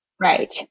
Right